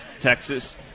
Texas